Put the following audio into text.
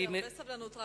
יש לי הרבה סבלנות,